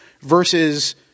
versus